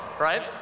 right